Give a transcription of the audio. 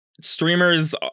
streamers